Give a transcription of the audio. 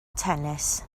tennis